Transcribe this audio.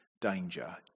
danger